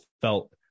felt